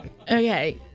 Okay